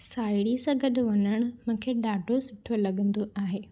साहेड़ी सां गॾु वञण मूंखे ॾाढो सुठो लॻंदो आहे